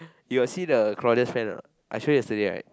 you got see the Claudia's friend or not I show you yesterday right